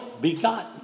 begotten